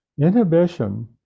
Inhibition